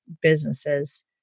businesses